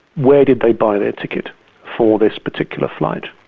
where did they buy their ticket for this particular flight?